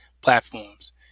platforms